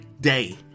day